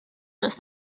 this